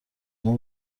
اما